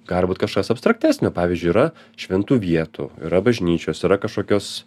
gali būt kažkas abstraktesnio pavyzdžiui yra šventų vietų yra bažnyčios yra kažkokios